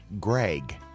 Greg